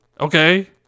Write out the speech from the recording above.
okay